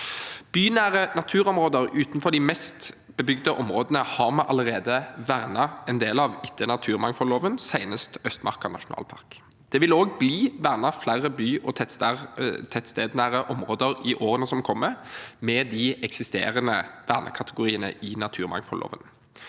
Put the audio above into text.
Bynære naturområder utenfor de mer bebygde områdene har vi allerede vernet en del av etter naturmangfoldloven, senest Østmarka nasjonalpark. Det vil også bli vernet flere by- og tettstedsnære områder i årene som kommer, med de eksisterende vernekategoriene i naturmangfoldloven.